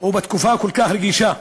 ובתקופה כל כך רגישה,